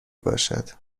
باشد